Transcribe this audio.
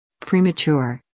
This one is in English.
premature